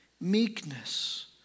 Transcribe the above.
meekness